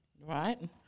Right